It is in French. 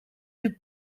ils